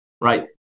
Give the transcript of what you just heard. right